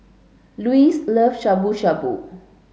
Luis love Shabu shabu